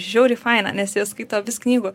žiauriai faina nes jie skaito vis knygų